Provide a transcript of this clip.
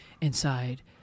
inside